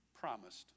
promised